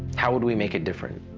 how would we make it different?